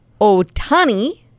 Otani